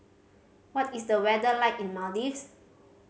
what is the weather like in Maldives